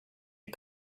est